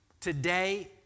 Today